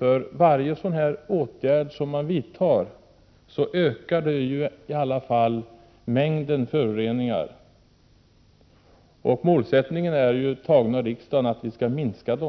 För varje åtgärd som man vidtar ökar mängden föroreningar. Den målsättning som riksdagen antagit är att föroreningarna skall minskas.